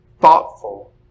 thoughtful